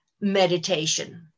meditation